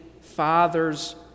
Father's